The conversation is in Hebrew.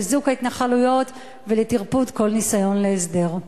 לחיזוק ההתנחלויות ולטרפוד כל ניסיון להסדר?